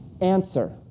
answer